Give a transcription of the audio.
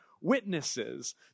witnesses